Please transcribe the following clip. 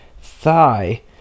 thigh